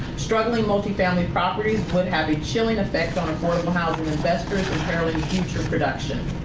struggling multi-family properties would have a chilling effect on affordable-housing investors, imperiling future production.